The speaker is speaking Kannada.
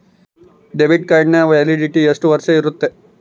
ಡೆಬಿಟ್ ಕಾರ್ಡಿನ ವ್ಯಾಲಿಡಿಟಿ ಎಷ್ಟು ವರ್ಷ ಇರುತ್ತೆ?